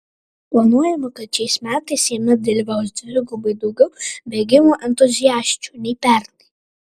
planuojama kad šiais metais jame dalyvaus dvigubai daugiau bėgimo entuziasčių nei pernai